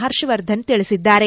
ಹರ್ಷವರ್ಧನ್ ತಿಳಿಸಿದ್ದಾರೆ